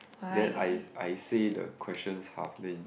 then I I say the questions half then